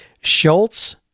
Schultz